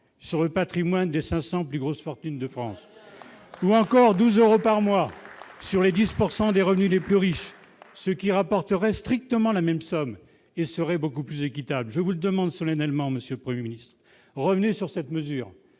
sur le Patrimoine des 500 plus grosses fortunes de France ou encore 12 euros par mois sur les 10 pourcent des des revenus les plus riches, ce qui rapporterait strictement la même somme et serait beaucoup plus équitable, je vous demande solennellement, Monsieur le 1er Ministre revenez sur cette mesure